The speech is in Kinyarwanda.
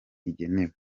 igenewe